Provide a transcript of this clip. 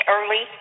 Early